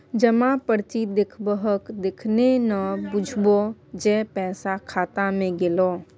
जमा पर्ची देखेबहक तखने न बुझबौ जे पैसा खाता मे गेलौ